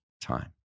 time